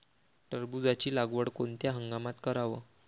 टरबूजाची लागवड कोनत्या हंगामात कराव?